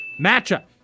matchup